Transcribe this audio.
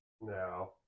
No